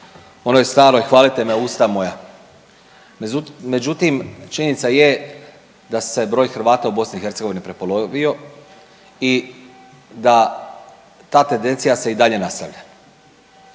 onoj staroj hvalite me usta moja. Međutim, činjenica je da se broj Hrvata u BiH prepolovio i da ta tendencija se i dalje nastavlja.